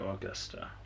Augusta